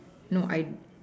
no I